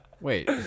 Wait